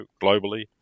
globally